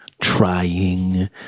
Trying